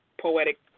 poetic